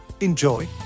enjoy